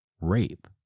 rape